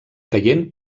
caient